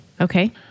Okay